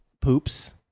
poops